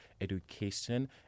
education